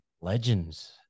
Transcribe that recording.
legends